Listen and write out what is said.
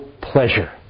pleasure